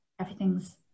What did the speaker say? everything's